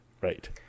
Right